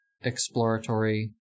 exploratory